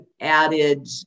added